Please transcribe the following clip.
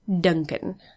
Duncan